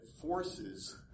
forces